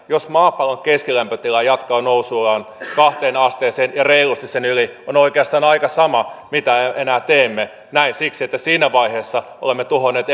jos maapallon keskilämpötila jatkaa nousuaan kahteen asteeseen ja reilusti sen yli on oikeastaan aika sama mitä enää teemme näin siksi että siinä vaiheessa olemme tuhonneet